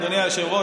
אדוני היושב-ראש,